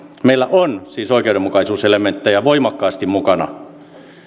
meillä on siis oikeudenmukaisuuselementtejä voimakkaasti mukana